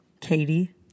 Katie